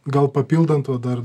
gal papildant va dar